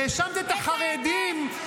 את האמת.